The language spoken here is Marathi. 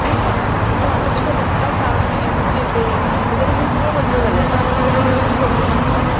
नाही का म्हणजे मला तुझा पत्ता सांग मी लिहून घेते वगैरे हे सगळं बंद झालं आहे आता आता आपण म्हणतो की लोकेशन पाठव